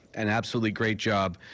an absolutely great job.